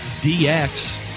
DX